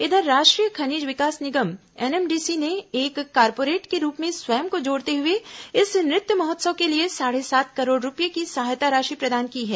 इधर राष्ट्रीय खनिज विकास निगम एनएमडीसी ने एक कारपोर्रेट के रूप में स्वयं को जोड़ते हुए इस नृत्य महोत्सव के लिए साढ़े सात करोड़ रूपए की सहायता राशि प्रदान की है